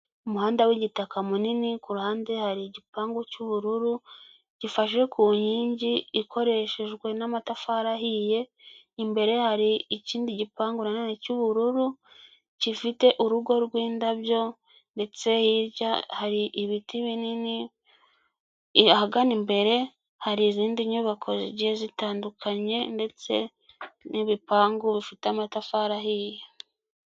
Umuhanda w'igitaka munini, kuruhande hari igipangu cy'ubururu gifashe ku nkingi ikoreshejwe n'amatafari ahiye, imbere hari ikindi gipangu nanone cy'ubururu gifite urugo rw'indabyo ndetse hirya hari ibiti binini, ahagana imbere hari izindi nyubako zigiye zitandukanye ndetse n'ibipangu bifite amatafari ahiye.